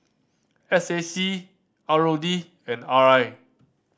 S A C R O D and R I